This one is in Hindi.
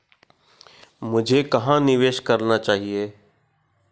मुझे कहां निवेश करना चाहिए?